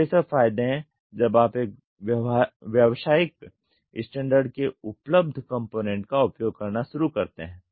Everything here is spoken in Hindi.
तो ये सब फायदे हैं जब आप एक व्यावसायिक स्टैण्डर्ड के उपलब्ध कॉम्पोनेन्ट का उपयोग करना शुरू करते हैं